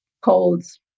colds